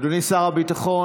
אדוני שר הביטחון,